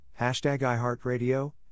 iHeartRadio